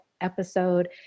episode